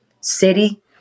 city